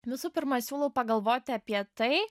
visų pirma siūlau pagalvoti apie tai